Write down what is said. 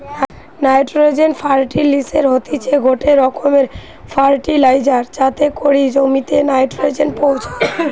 nitrogen ফার্টিলিসের হতিছে গটে রকমের ফার্টিলাইজার যাতে করি জমিতে নাইট্রোজেন পৌঁছায়